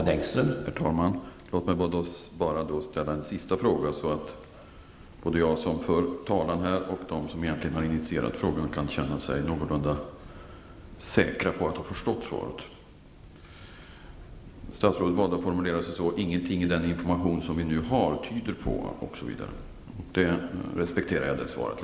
Herr talman! Låt mig då ställa en sista fråga så att jag som för talan här och de som egentligen har initierat frågan kan känna oss någorlunda säkra på att vi har förstått svaret. Statsrådet valde att formulera sig så här: ''Ingenting i den information som vi nu har tyder på'', osv. Jag respekterar det svaret.